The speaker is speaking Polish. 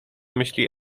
myśli